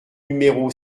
numéro